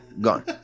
gone